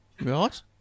Right